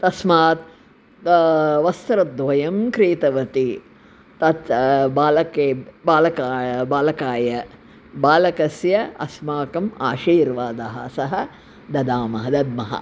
तस्मात् वस्त्रद्वयं क्रीतवती तत्स् बालकेब् बालका बालकाय बालकस्य अस्माकम् आशीर्वादः सः ददामः दद्मः